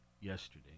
yesterday